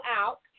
out